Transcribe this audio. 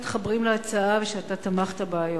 מתחברים להצעה ושאתה תמכת בה היום,